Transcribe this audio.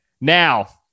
Now